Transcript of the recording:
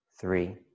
three